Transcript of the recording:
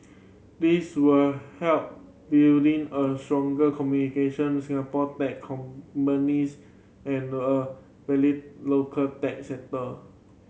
this will help building a stronger communication Singapore tech companies and a valley local tech sector